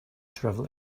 travel